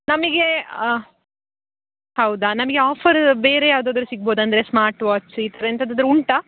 ನಮಗೆ ಹೌದಾ ನಮಗೆ ಆಫರ್ ಬೇರೆ ಯಾವುದಾದ್ರೂ ಸಿಗ್ಬೋದಾ ಅಂದರೆ ಸ್ಮಾರ್ಟ್ ವಾಚ್ ಈ ಥರ ಎಂಥದಾದ್ರೂ ಉಂಟಾ